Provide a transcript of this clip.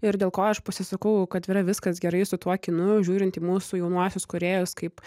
ir dėl ko aš pasisakau kad yra viskas gerai su tuo kinu žiūrint į mūsų jaunuosius kūrėjus kaip